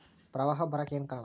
ಪ್ರವಾಹ ಬರಾಕ್ ಏನ್ ಕಾರಣ?